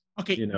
Okay